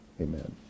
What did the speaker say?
Amen